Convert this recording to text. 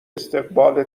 استقبال